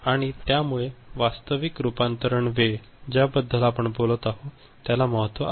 आणि त्या मुळे वास्तविक रूपांतरण वेळ ज्या बद्दल आपण बोलत आहोत त्याला महत्व आहे